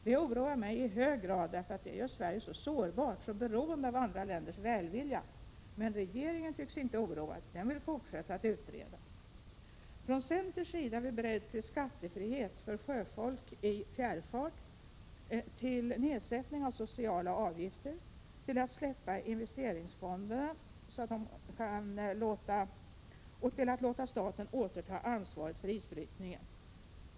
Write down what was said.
Det oroar mig i hög grad, för det gör Sverige så sårbart, så beroende av andra länders välvilja. Men regeringen tycks inte oroad, den vill fortsätta att utreda. Från centerns sida är vi beredda till skattefrihet för sjöfolk i fjärrfart, till nedsättning av sociala avgifter, till att släppa investeringsfonderna och till att låta staten återta ansvaret för isbrytningen.